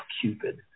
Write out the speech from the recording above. Cupid